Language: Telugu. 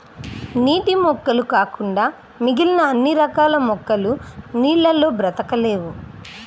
నీటి మొక్కలు కాకుండా మిగిలిన అన్ని రకాల మొక్కలు నీళ్ళల్లో బ్రతకలేవు